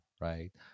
right